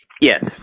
Yes